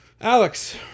Alex